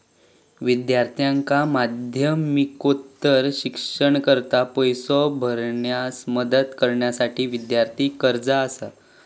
विद्यार्थ्यांका माध्यमिकोत्तर शिक्षणाकरता पैसो भरण्यास मदत करण्यासाठी विद्यार्थी कर्जा असा